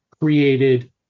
created